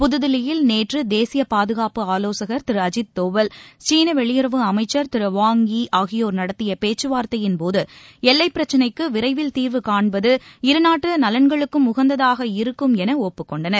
புதுதில்லியில் நேற்று தேசிய பாதுகாப்பு ஆலோசகர் திரு அஜித் தோவல் சீன வெளியுறவு அமைச்சர் திரு வாங் யீ ஆகியோர் நடத்திய பேச்சுவார்த்தையின் போது எல்லை பிரச்னைக்கு விரைவில் தீர்வு காண்பது இருநாட்டு நலன்களுக்கும் உகந்ததாக இருக்கும் என ஒப்புக் கொண்டனர்